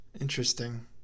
interesting